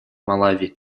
малави